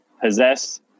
possess